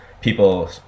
people